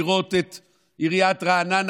לראות את עיריית רעננה,